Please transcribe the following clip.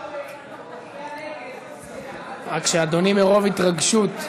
מצביע רק שאדוני, מרוב התרגשות,